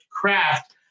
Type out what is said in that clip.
craft